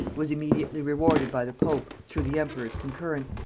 was immediately rewarded by the pope, through the emperor's concurrence,